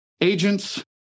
agents